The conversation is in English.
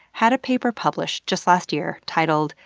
had a paper published just last year titled,